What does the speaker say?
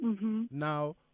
Now